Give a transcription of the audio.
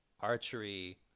archery